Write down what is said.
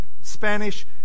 Spanish